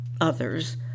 others